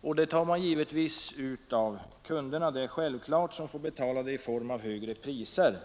Det beloppet tar man givetvis ut av kunderna, som får betala det i form av högre priser.